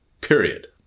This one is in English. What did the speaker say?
Period